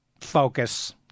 focus